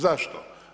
Zašto?